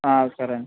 సరేండి